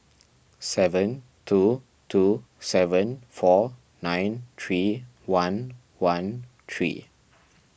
seven two two seven four nine three one one three